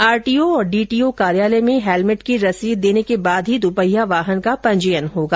RTO और DTO कार्यालय में हैलमेट की रसीद देने के बाद ही दुपहिया वाहन का पंजीयन होगा